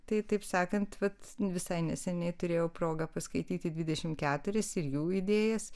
tai taip sakant bet visai neseniai turėjau progą paskaityti dvidešimt keturis ir jų idėjas